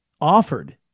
offered